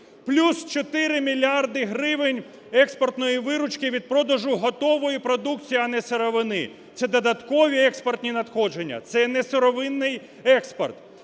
плюс 4 мільярди гривень експортної виручки від продажу готової продукції, а не сировини. Це додаткові експортні надходження, це не сировинний експорт.